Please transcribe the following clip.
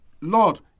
Lord